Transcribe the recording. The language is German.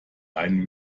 ein